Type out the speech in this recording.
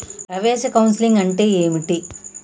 ప్రవేశ కౌన్సెలింగ్ అంటే ఏమిటి?